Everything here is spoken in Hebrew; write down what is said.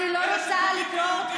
אני אסביר לך.